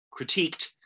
critiqued